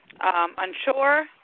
unsure